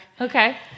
Okay